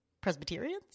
presbyterians